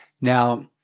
Now